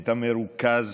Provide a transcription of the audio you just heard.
היית מרוכז.